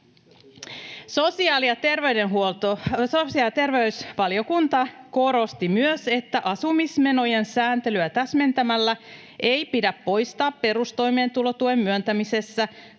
Sosiaali- ja terveysvaliokunta korosti myös, että asumismenojen sääntelyä täsmentämällä ei pidä poistaa perustoimeentulotuen myöntämisessä